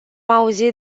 auzit